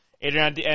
Adrian